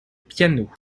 piano